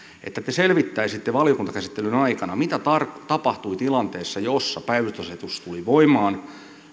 selvittäisi valiokuntakäsittelyn aikana mitä tapahtui tilanteessa jossa päivystysasetus tuli voimaan